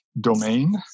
domain